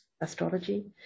astrology